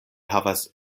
havas